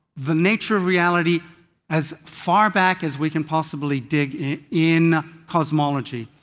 the nature of reality as far back as we can possibly dig in cosmology.